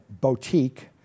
boutique